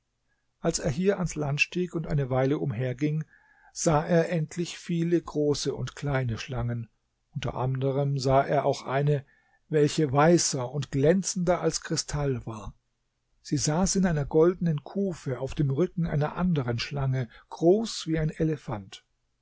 als er hier ans land stieg und eine weile umherging sah er endlich viele große und kleine schlangen unter anderen sah er auch eine welche weißer und glänzender als kristall war sie saß in einer goldenen kufe auf dem rücken einer anderen schlange groß wie ein elefant